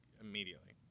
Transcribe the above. immediately